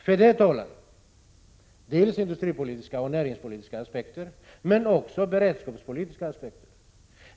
För det talar dels industripolitiska och näringspolitiska skäl, dels beredskapspolitiska skäl.